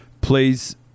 please